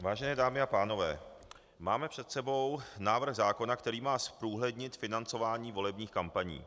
Vážené dámy a pánové, máme před sebou návrh zákona, který má zprůhlednit financování volebních kampaní.